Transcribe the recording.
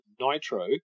Nitro